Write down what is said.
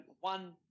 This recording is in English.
one